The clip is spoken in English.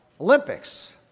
Olympics